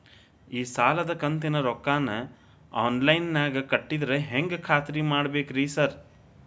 ಈ ಸಾಲದ ಕಂತಿನ ರೊಕ್ಕನಾ ಆನ್ಲೈನ್ ನಾಗ ಕಟ್ಟಿದ್ರ ಹೆಂಗ್ ಖಾತ್ರಿ ಮಾಡ್ಬೇಕ್ರಿ ಸಾರ್?